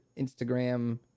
Instagram